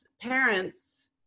parents